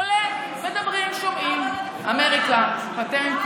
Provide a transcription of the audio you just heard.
ועדת השרים לענייני חקיקה החליטה להתנגד להצעת